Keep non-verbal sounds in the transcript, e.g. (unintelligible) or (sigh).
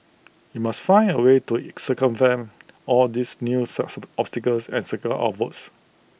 we must find A way to circumvent all these new (unintelligible) obstacles and secure our votes